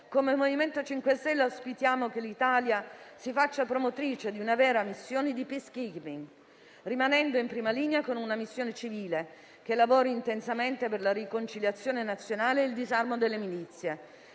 come MoVimento 5 Stelle auspichiamo che l'Italia si faccia promotrice di una vera missione di *peacekeeping*, rimanendo in prima linea con una missione civile, che lavori intensamente per la riconciliazione nazionale e il disarmo delle milizie,